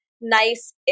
nice